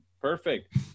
perfect